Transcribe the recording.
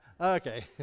okay